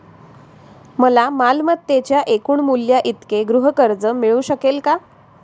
मला मालमत्तेच्या एकूण मूल्याइतके गृहकर्ज मिळू शकेल का?